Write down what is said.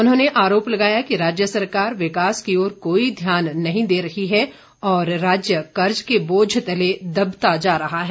उन्होंने आरोप लगाया कि राज्य सरकार विकास की ओर कोई ध्यान नहीं दे रही है और राज्य कर्ज के बोझ तले दबता जा रहा है